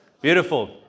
Beautiful